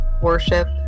worship